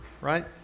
right